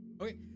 Okay